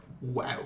wow